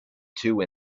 two